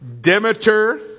Demeter